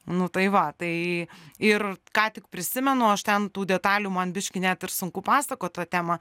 nu tai va tai ir ką tik prisimenu aš ten tų detalių man biškį net ir sunku pasakot tą temą